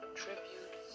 tribute